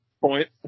point